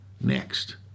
next